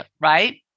right